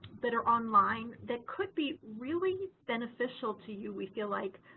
that are online that could be really beneficial to you, we feel like,